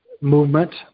Movement